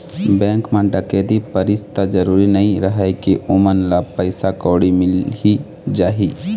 bank म डकैती परिस त जरूरी नइ रहय के ओमन ल पइसा कउड़ी मिली जाही